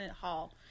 hall